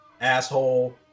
asshole